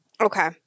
Okay